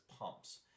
pumps